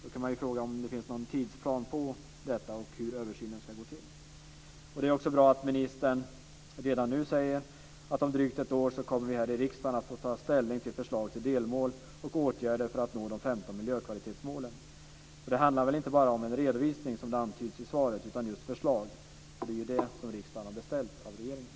Då kan man fråga om det finns någon tidsplan för detta och hur översynen ska gå till. Det är också bra att ministern redan nu säger att vi om drygt ett år här i riksdagen kommer att få ta ställning till förslag till delmål och åtgärder för att nå de 15 miljökvalitetsmålen, för det handlar väl inte bara om en redovisning, som antyds i svaret, utan just om förslag? Det är ju det som riksdagen har beställt av regeringen.